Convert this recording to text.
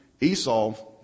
Esau